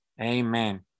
Amen